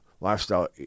lifestyle